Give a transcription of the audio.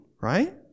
right